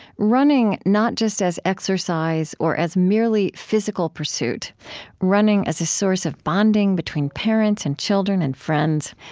running not just as exercise or as merely physical pursuit running as a source of bonding between parents and children and friends,